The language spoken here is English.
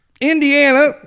Indiana